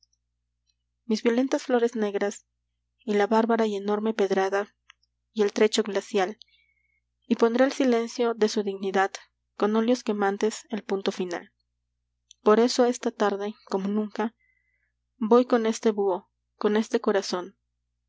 mis violentas flores negras y la bárbara y enorme pedrada y el trecho glacial y pondrá el silencio de su dignidad con óleos quemantes el punto final por eso esta tarde como nunca voy con este buho con este corazón